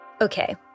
Okay